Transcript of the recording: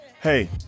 Hey